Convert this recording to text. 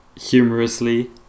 humorously